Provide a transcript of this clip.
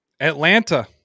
Atlanta